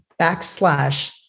backslash